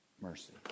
mercy